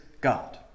God